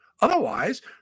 Otherwise